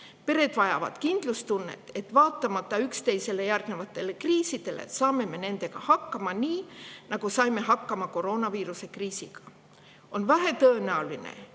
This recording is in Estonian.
Pered vajavad kindlustunnet, et vaatamata üksteisele järgnevatele kriisidele saame me nendega hakkama nii, nagu saime hakkama koroonaviiruse kriisiga. On vähetõenäoline,